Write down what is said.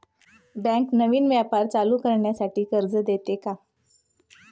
Bank नवीन व्यापार चालू करण्यासाठी कर्ज देते का?